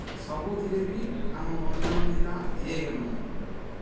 ସବୁଥିରେ ବି ଆମ ଗଞ୍ଜାମ ଜିଲ୍ଲା ଏକ୍ ନମ୍ବର୍